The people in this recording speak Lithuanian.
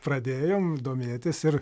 pradėjom domėtis ir